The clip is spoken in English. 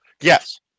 Yes